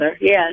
yes